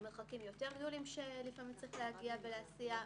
על מרחקים יותר גדולים שלפעמים צריך להגיע ולהסיע,